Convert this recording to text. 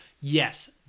yes